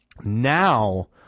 Now